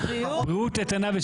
בריאות איתנה.